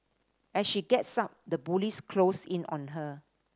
as she gets sun the bullies close in on her